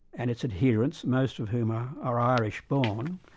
and its adherents, most of whom are are irish born,